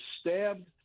stabbed